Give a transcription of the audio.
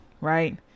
right